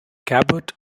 cabot